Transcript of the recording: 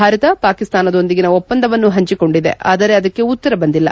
ಭಾರತ ಪಾಕಿಸ್ತಾನದೊಂದಿಗಿನ ಒಪ್ಪಂದವನ್ನು ಹಂಚಿಕೊಂಡಿದೆ ಆದರೆ ಅದಕ್ಕೆ ಉತ್ತರ ಬಂದಿಲ್ಲ